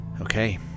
Okay